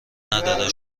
نداره